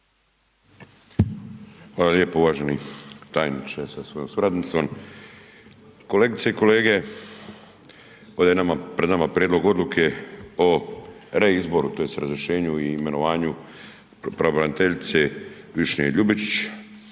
Hvala lijepo. Uvaženi tajniče sa svojom suradnicom, kolegice i kolege ovde je nama, pred nama prijedlog odluke o rezizboru tj. razrješenju i imenovanju pravobraniteljice Višnje Ljubičić,